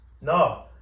No